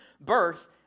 birth